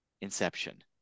inception